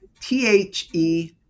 T-H-E